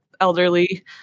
elderly